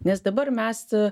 nes dabar mes